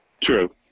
True